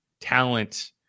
talent